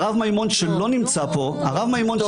הרב מימון שלא נמצא פה --- טוב.